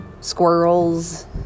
squirrels